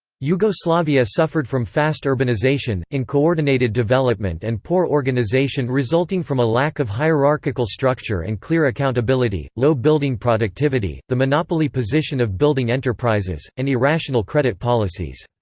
yugoslavia suffered from fast urbanisation, uncoordinated development and poor organisation resulting from a lack of hierarchical structure and clear accountability, low building productivity, the monopoly position of building enterprises, and irrational credit policies.